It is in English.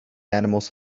animals